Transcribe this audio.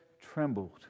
trembled